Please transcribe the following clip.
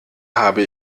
habe